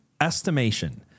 estimation